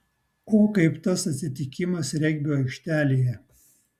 o kaip tas atsitikimas regbio aikštelėje